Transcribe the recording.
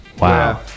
Wow